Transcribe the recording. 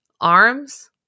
arms